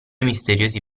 misteriosi